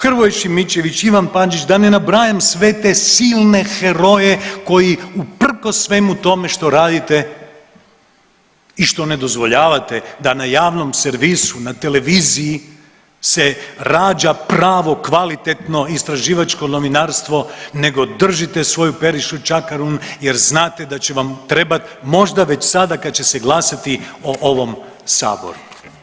Hrvoje Šimičević, Ivan Pandžić da ne nabrajam sve te silne heroje koji usprkos svemu tome što radite i što ne dozvoljavate da na javnom servisu, na televiziji se rađa pravo kvalitetno istraživačko novinarstvo, nego držite svoju Perišu Čakarun jer znate da će vam trebati možda već sada kad će se glasati o ovom Saboru.